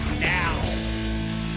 now